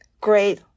great